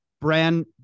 brand